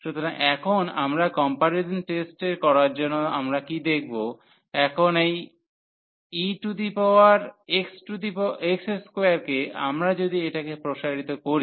সুতরাং এখন আমরা কম্পারিজন টেস্ট করার জন্য আমরা কি দেখব এখন এই ex2 কে আমরা যদি এটাতে প্রসারিত করি